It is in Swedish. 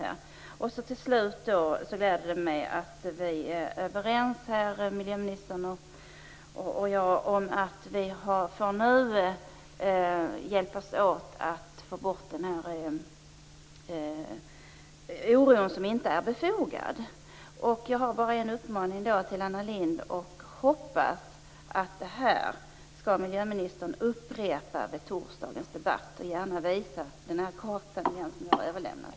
Allra sist vill jag säga att det gläder mig att miljöministern och jag är överens om att vi skall hjälpas åt för att få bort den oro som inte är befogad. Jag hoppas att miljöministern upprepar detta i samband med torsdagens debatt och jag ser gärna att hon visar den karta som jag har överlämnat.